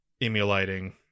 emulating